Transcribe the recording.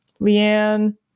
Leanne